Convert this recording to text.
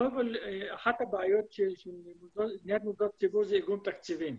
קודם כל אחת הבעיות של בניית מוסדות ציבור זה איגום תקציבים.